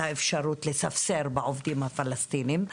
לאפשרות לספסור בעובדים הפלסטינים,